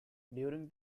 during